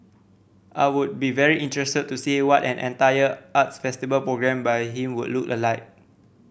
I would be very interested to see what an entire arts festival programmed by him would look alike